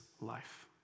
life